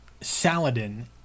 Saladin